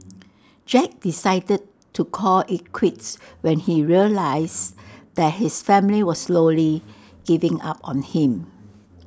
Jack decided to call IT quits when he realised that his family was slowly giving up on him